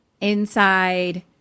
inside